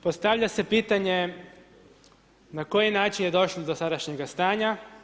Postavlja se pitanje na koji način je došlo do sadašnjega stanja.